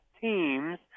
teams